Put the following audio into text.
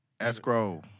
escrow